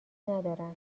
ندارن